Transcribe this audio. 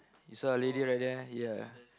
you saw a lady right there ya